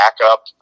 backup